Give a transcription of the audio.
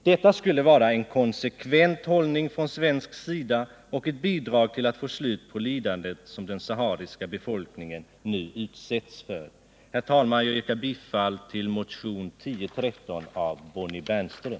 Detta skulle vara en konsekvent hållning från svensk sida och ett bidrag till att få slut på det lidande som den sahariska befolkningen nu utsätts för. Herr talman! Jag yrkar bifall till motionen 1013 av Bonnie Bernström.